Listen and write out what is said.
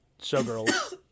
Showgirls